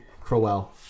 Crowell